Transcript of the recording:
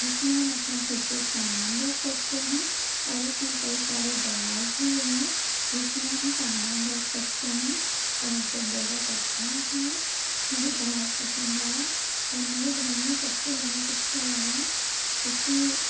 जिस में हम अपना सिक्रेट सामान रख सकते हैं और उस में कई सारे दराज़ भी हैं जिस में हम सामान रख सकते हैं और वो बहुत अच्छा है मुझे बहुत पसंद आया और मेरे घर में सब को बहुत अच्छा लगा उसकी